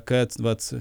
kad vat